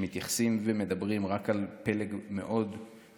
שמתייחסים ומדברים רק על פלג או כמה